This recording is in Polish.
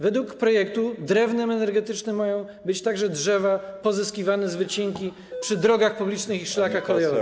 Według projektu drewnem energetycznym mają być także drzewa pozyskiwane z wycinki przy drogach publicznych i szlakach kolejowych.